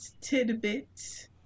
tidbit